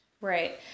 Right